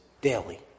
daily